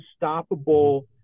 unstoppable